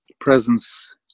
presence